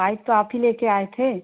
pipe तो आप ही ले कर आए थे